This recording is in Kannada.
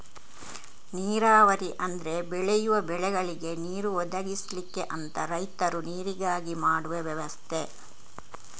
ನೀರಾವರಿ ಅಂದ್ರೆ ಬೆಳೆಯುವ ಬೆಳೆಗಳಿಗೆ ನೀರು ಒದಗಿಸ್ಲಿಕ್ಕೆ ಅಂತ ರೈತರು ನೀರಿಗಾಗಿ ಮಾಡುವ ವ್ಯವಸ್ಥೆ